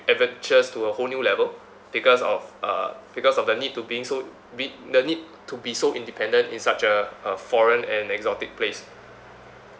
adventures to a whole new level because of uh because of the need to being so be the need to be so independent in such a uh foreign and exotic place